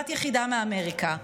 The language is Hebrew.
בת יחידה מאמריקה.